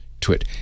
twit